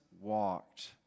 walked